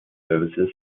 services